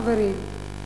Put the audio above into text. חברים,